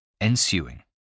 Ensuing